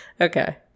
Okay